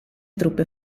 truppe